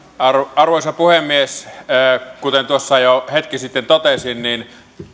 arvoisa puhemies kuten tuossa jo hetki sitten totesin niin